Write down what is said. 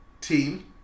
Team